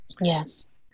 yes